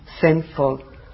sinful